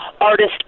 artist